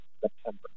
September